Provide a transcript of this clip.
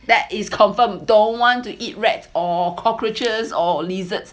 that is confirm don't want to eat rats or cockroaches or lizards